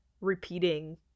repeating